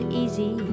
easy